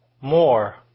more